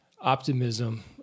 optimism